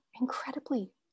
incredibly